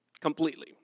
Completely